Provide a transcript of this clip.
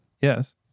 Yes